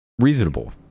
reasonable